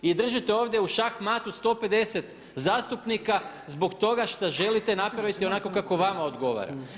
I držite ovdje u šah-matu 150 zastupnika zbog toga šta želite napraviti onako kako vama odgovara.